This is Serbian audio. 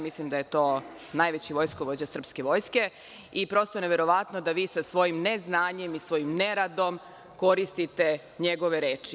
Mislim da je to najveći vojskovođa srpske vojske i prosto je neverovatno da vi sa svojim neznanjem i svojim neradom koristite njegove reči.